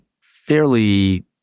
fairly